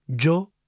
Yo